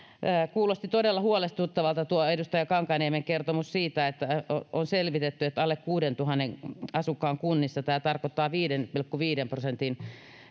kuulosti todella huolestuttavalta tuo edustaja kankaanniemen kertomus siitä että on selvitetty että alle kuuteentuhanteen asukkaan kunnissa tämä tarkoittaa viiden pilkku viiden prosentin